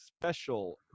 special